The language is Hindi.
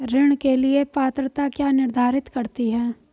ऋण के लिए पात्रता क्या निर्धारित करती है?